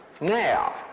now